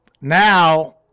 Now